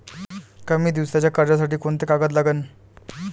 कमी दिसाच्या कर्जासाठी कोंते कागद लागन?